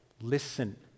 listen